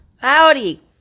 Howdy